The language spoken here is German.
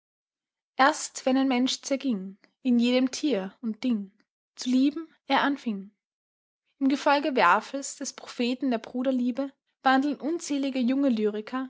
erst wenn ein mensch zerging in jedem tier und ding zu lieben er anfing im gefolge werfels des propheten der bruderliebe wandeln unzählige junge